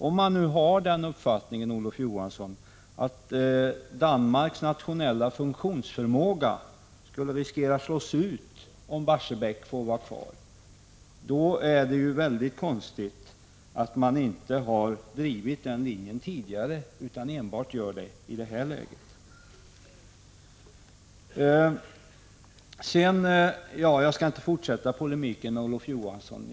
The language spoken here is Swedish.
Om man nu har den uppfattningen, Olof Johansson, att Danmarks nationella funktionsförmåga skulle riskera att slås ut om Barsebäck får vara kvar, är det ju mycket konstigt att man inte har drivit den linjen tidigare utan enbart gör det i det här läget. Jag skall inte fortsätta polemiken med Olof Johansson.